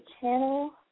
Channel